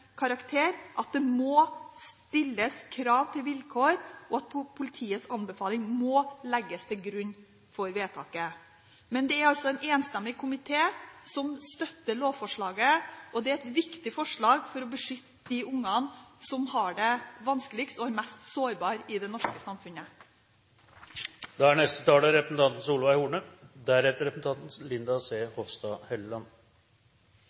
at det må stilles krav til vilkår, og at politiets anbefaling må legges til grunn for vedtaket. Men det er en enstemmig komité som støtter lovforslaget, og det er et viktig forslag for å beskytte de ungene som har det vanskeligst, og som er mest sårbare i det norske samfunnet.